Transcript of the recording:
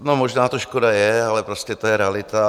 No, možná to škoda je, ale prostě to je realita.